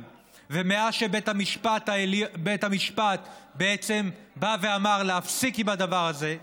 ומאז שבית המשפט בעצם בא ואמר להפסיק עם הדבר הזה,